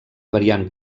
variant